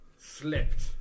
slipped